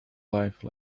life